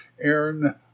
Aaron